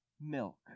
milk